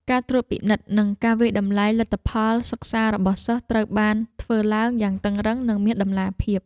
ការត្រួតពិនិត្យនិងការវាយតម្លៃលទ្ធផលសិក្សារបស់សិស្សត្រូវបានធ្វើឡើងយ៉ាងតឹងរ៉ឹងនិងមានតម្លាភាព។